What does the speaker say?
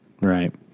Right